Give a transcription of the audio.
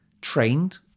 trained